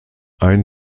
ein